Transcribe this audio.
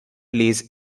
lays